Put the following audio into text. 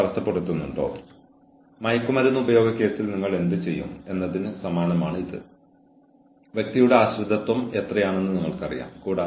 ജോലിസ്ഥലത്ത് ബുദ്ധിമുട്ടുള്ള ജീവനക്കാരെ നിങ്ങൾക്ക് എങ്ങനെ കൈകാര്യം ചെയ്യാം എന്നതിനെക്കുറിച്ചുള്ള കൂടുതൽ വിശദാംശങ്ങൾ നമ്മൾ തുടരും